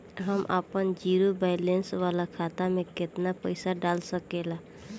हम आपन zero balance वाला खाता मे केतना पईसा डाल सकेला?